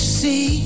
see